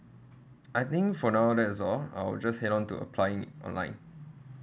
I think for now that is all I'll just head on to applying it online